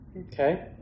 Okay